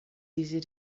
easy